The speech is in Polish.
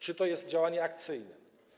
Czy to jest działanie akcyjne?